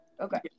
Okay